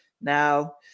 Now